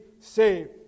saved